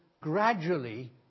gradually